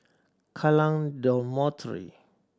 Kallang Dormitory